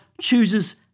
chooses